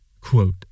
quote